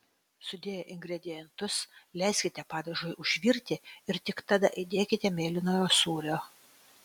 sudėję ingredientus leiskite padažui užvirti ir tik tada įdėkite mėlynojo sūrio